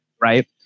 right